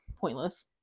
pointless